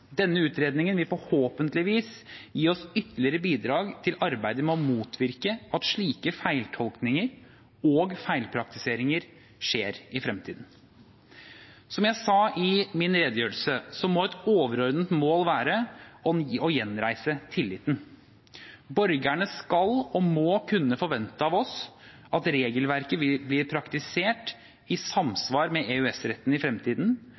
Denne utredningen vil forhåpentligvis gi oss ytterligere bidrag til arbeidet med å motvirke at slike feiltolkninger og feilpraktiseringer skjer i fremtiden. Som jeg sa i min redegjørelse, må et overordnet mål være å gjenreise tilliten. Borgerne skal og må kunne forvente av oss at regelverket blir praktisert i samsvar med EØS-retten i fremtiden,